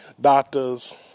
doctors